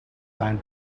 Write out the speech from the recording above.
found